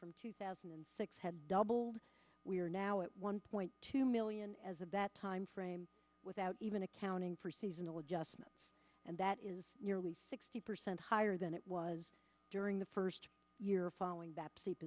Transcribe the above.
from two thousand and six had doubled we are now at one point two million as of that time frame without even accounting for seasonal adjustments and that is nearly sixty percent higher than it was during the first year following